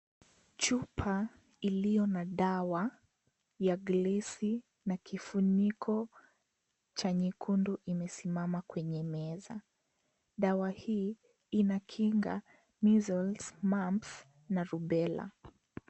Chupa iliyo na dawa ya glesi na kifuniko cha nyekundu imesimama kwenye meza. Dawa hii inakinga Measles, Mumps na Rubella .